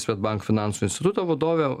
swedbank finansų instituto vadovė